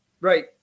Right